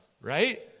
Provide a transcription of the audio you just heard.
right